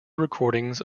recordings